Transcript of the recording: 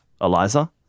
Eliza